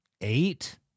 eight